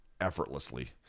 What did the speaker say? effortlessly